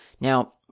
Now